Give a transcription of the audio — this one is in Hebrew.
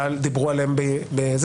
לפיד,